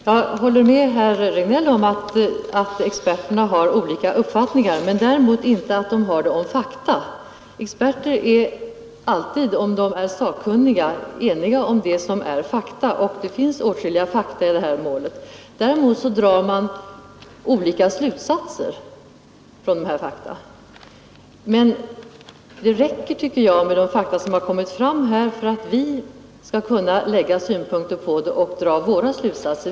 Herr talman! Jag håller med herr Regnéll om att experterna har olika uppfattningar, däremot inte om att de har det om fakta. Experter är alltid — då de är sakkunniga — eniga om det som är fakta, och det finns åtskilliga fakta i det här målet. Däremot drar vi olika slutsatser av dessa fakta. Det räcker, tycker jag, med de fakta som har kommit fram här för att vi skall anlägga synpunkter och dra våra slutsatser.